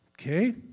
Okay